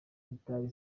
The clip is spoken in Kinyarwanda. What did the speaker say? mitari